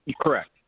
Correct